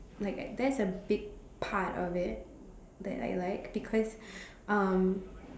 like that's a big part of it that I like because um